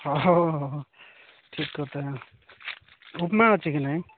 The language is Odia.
ହଁ ଠିକ୍ କଥା ଉପମା ଅଛି କି ନାହିଁ